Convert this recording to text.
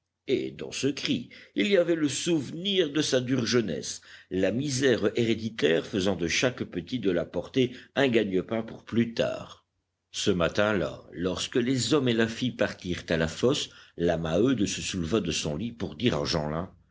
et dans ce cri il y avait le souvenir de sa dure jeunesse la misère héréditaire faisant de chaque petit de la portée un gagne-pain pour plus tard ce matin-là lorsque les hommes et la fille partirent à la fosse la maheude se souleva de son lit pour dire